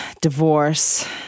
divorce